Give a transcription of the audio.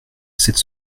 sept